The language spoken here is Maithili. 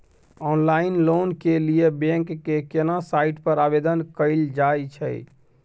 ऑनलाइन लोन के लिए बैंक के केना साइट पर आवेदन कैल जाए छै?